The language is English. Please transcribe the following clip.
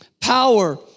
power